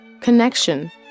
Connection